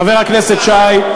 חבר הכנסת שי,